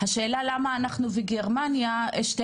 אבל השאלה היא למה אנחנו וגרמניה הן שתי